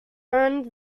earned